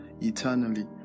eternally